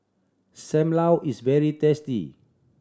Sam Lau is very tasty